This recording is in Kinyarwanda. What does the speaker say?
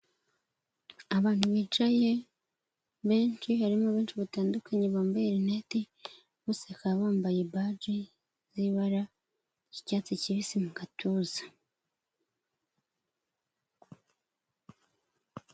Abantu bicaye benshi harimo benshi batandukanye bambaye rineti, bose bakaba bambaye baji zibara ry'icyatsi kibisi mu gatuza.